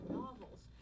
novels